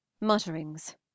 mutterings